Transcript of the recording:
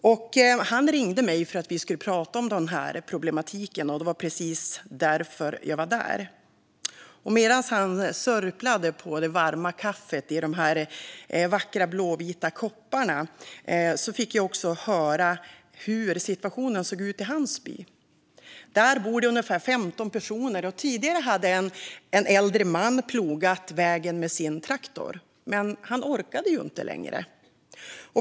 Han ringde mig för att vi skulle prata om den här problematiken, och det var precis därför jag var där. Medan han sörplade på det varma kaffet i de vackra blåvita kopparna fick jag också höra hur situationen såg ut i hans by. Där bor det ungefär 15 personer. Tidigare hade en äldre man plogat vägen med sin traktor, men han orkade inte längre.